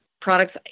products